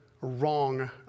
wrong